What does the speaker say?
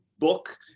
Book